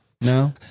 No